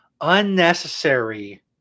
unnecessary